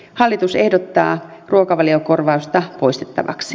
hallitus ehdottaa ruokavaliokorvausta poistettavaksi